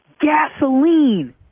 gasoline